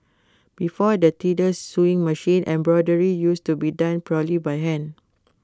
before the treadle sewing machine embroidery used to be done purely by hand